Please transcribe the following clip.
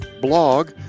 blog